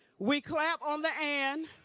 we clap on the and.